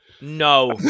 No